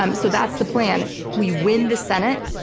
um so that's the plan. we win the senate,